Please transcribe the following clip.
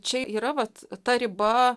čia yra vat ta riba